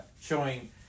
showing